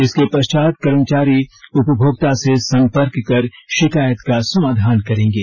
इसके पश्चात कर्मचारी उपभोक्ता से संपर्क कर शिकायत का समाधान करेंगे